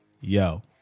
yo